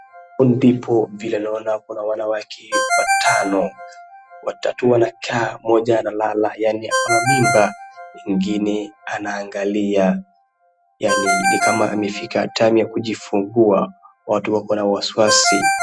Ndipo vile naona kuna wanawake watano, watatu wanakaa, mmoja analala yaani ako na mimba, wengine wanaangalia, yaani nikama amefika ya kujifungua, watu wako na wasiwasi.